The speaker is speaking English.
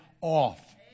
off